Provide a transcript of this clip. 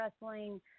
wrestling